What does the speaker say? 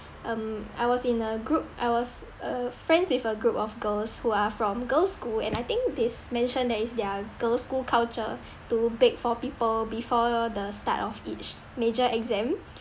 um I was in a group I was uh friends with a group of girls who are from girls' school and I think they mentioned that it's their girls' school culture to bake for people before the start of each major exam